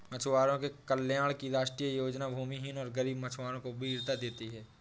मछुआरों के कल्याण की राष्ट्रीय योजना भूमिहीन और गरीब मछुआरों को वरीयता देती है